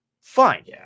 fine